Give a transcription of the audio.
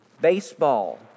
Baseball